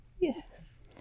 Yes